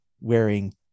wearing